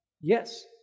Yes